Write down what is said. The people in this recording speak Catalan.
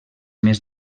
més